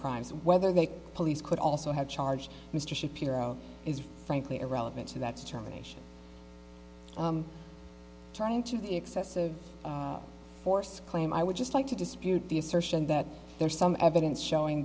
crimes whether they police could also have charged mr shapiro is frankly irrelevant to that germination trying to the excessive force claim i would just like to dispute the assertion that there's some evidence showing